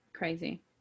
Crazy